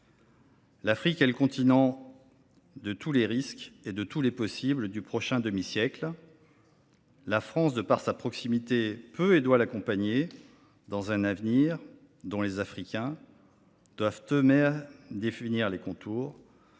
L’Afrique est le continent de tous les risques et de tous les possibles du prochain demi siècle. La France, en raison de sa proximité, peut et doit l’accompagner dans un avenir dont les Africains doivent eux mêmes définir les contours.